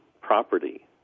property